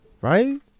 Right